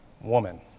woman